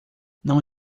não